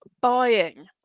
buying